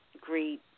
great